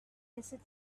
visit